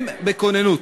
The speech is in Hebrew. הם בכוננות.